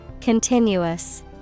Continuous